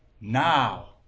now